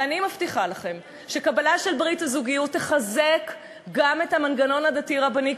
ואני מבטיחה לכם שקבלה של ברית הזוגיות תחזק גם את המנגנון הדתי-רבני,